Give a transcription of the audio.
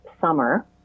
summer